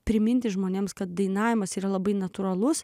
priminti žmonėms kad dainavimas yra labai natūralus